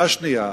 הערה שנייה.